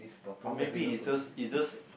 or maybe it's just it's just